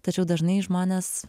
tačiau dažnai žmonės